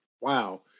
wow